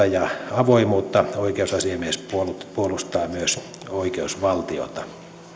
ja avoimuutta oikeusasiamies puolustaa puolustaa myös oikeusvaltiota